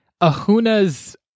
Ahuna's